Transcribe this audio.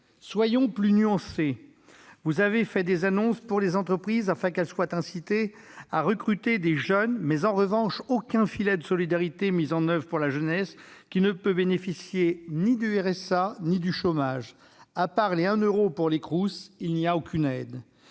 Soyons plus nuancés : vous avez fait des annonces pour les entreprises, afin de les inciter à recruter des jeunes ; en revanche, aucun filet de solidarité n'est mis en oeuvre pour la jeunesse, qui ne peut bénéficier ni du RSA ni du chômage. À part les repas à 1 euro pour les Crous, il n'y a aucune aide.